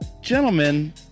Gentlemen